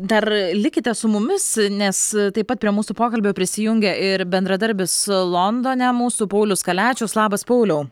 dar likite su mumis nes taip pat prie mūsų pokalbio prisijungia ir bendradarbis londone mūsų paulius kaliačius labas pauliau